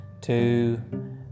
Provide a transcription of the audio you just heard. two